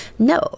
No